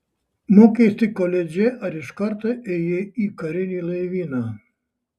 mokeisi koledže ar iš karto ėjai į karinį laivyną